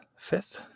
fifth